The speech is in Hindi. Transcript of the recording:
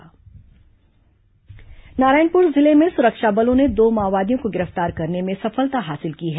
माओवादी गिरफ्तार नारायणपुर जिले में सुरक्षा बलों ने दो माओवादियों को गिरफ्तार करने में सफलता हासिल की है